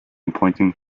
appointing